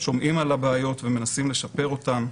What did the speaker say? שומעים על הבעיות ומנסים לשפר אותה.